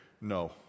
no